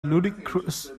ludicrous